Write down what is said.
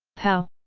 pow!